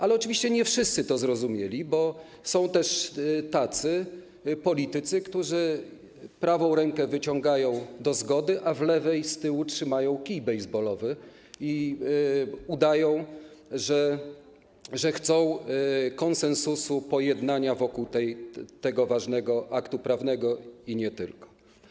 Ale oczywiście nie wszyscy to zrozumieli, bo są też tacy politycy, którzy prawą rękę wyciągają do zgody, a w lewej, z tyłu, trzymają kij baseballowy i udają, że chcą konsensusu, pojednania wokół tego ważnego aktu prawnego i nie tylko.